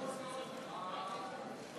63 התנגדו לה.